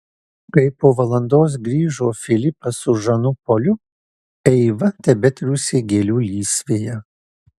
kai po valandos grįžo filipas su žanu poliu eiva tebetriūsė gėlių lysvėje